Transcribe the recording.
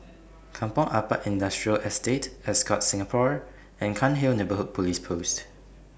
Kampong Ampat Industrial Estate Ascott Singapore and Cairnhill Neighbourhood Police Post